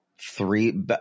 three